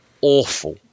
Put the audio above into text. awful